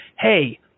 hey